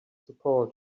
support